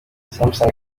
samsung